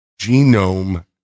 genome